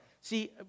See